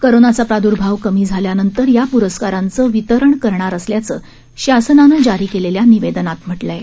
कोरोनाचा प्रादुर्भाव कमी झाल्यानंतर या प्रस्कारांचं वितरण करणार असल्याचं शासनानं जारी केलेल्या निवेदनात म्हटलं आहे